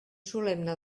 solemne